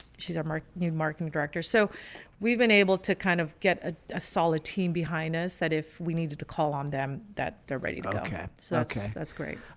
she's um our new marketing director. so we've been able to kind of get a solid team behind us that if we needed to call on them, that they're ready. like okay, so that's, that's great.